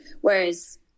whereas